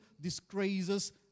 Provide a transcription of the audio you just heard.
disgraces